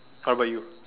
how about you